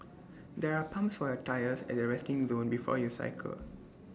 there are pumps for your tyres at the resting zone before you cycle